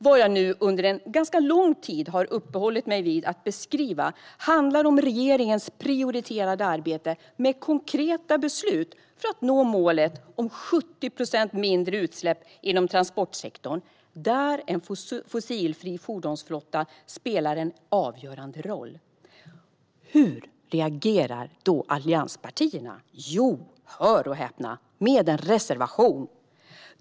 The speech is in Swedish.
Vad jag nu under en ganska lång tid har uppehållit mig vid att beskriva handlar om regeringens prioriterade arbete med konkreta beslut för att nå målet om 70 procent mindre utsläpp inom transportsektorn där en fossilfri fordonsflotta spelar en avgörande roll. Hur reagerar då allianspartierna på detta? Jo, hör och häpna, med en reservation.